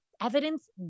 evidence